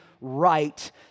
right